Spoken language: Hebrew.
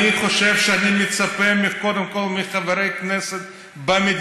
הייתי מצפה לשמוע מילה אחת על השבויים והנעדרים שלנו,